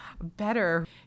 better